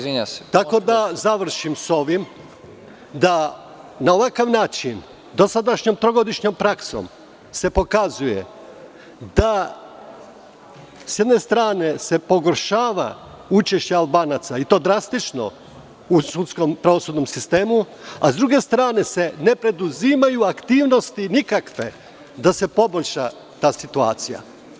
Završiću sa ovim da ovakav način sa dosadašnjom, trogodišnjom praksom pokazuje da s jedne strane se pogoršava učešće Albanaca, i to drastično u sudskom pravosudnom sistemu, a s druge strane se ne preduzimaju nikakve aktivnosti da se poboljša ta situacija.